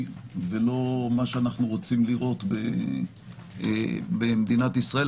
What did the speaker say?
ולא מה שאנחנו רוצים לראות במדינת ישראל.